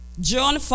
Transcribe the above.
John